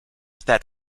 that